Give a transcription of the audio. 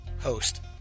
host